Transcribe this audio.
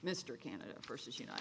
mr canada versus you know